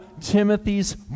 Timothy's